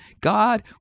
God